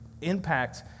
impact